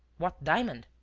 what diamond?